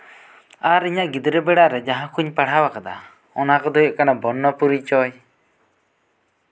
ᱟᱨ ᱤᱧᱟᱹᱜ ᱜᱤᱫᱽᱨᱟᱹ ᱵᱮᱲᱟ ᱨᱮ ᱡᱟᱦᱟᱸ ᱠᱩᱧ ᱯᱟᱲᱦᱟᱣ ᱟᱠᱟᱫᱟ ᱚᱱᱟ ᱠᱚᱫᱚ ᱦᱩᱭᱩᱜ ᱠᱟᱱᱟ ᱵᱚᱨᱱᱚ ᱯᱚᱨᱤᱪᱚᱭ